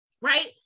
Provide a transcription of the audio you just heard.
right